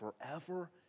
forever